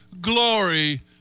glory